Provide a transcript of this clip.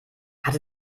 hatte